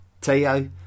Teo